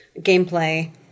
gameplay